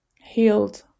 healed